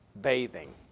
bathing